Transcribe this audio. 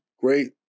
great